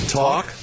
talk